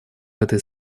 этой